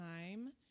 time